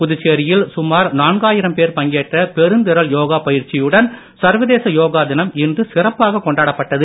புதுச்சேரியில் சுமார் நாலாயிரம் பேர் பங்கேற்ற பெருந்திரள் யோகா பயிற்சியுடன் சர்வதேச யோகா தினம் இன்று சிறப்பாக கொண்டாடப்பட்டது